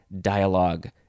dialogue